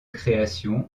création